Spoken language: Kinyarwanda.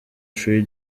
free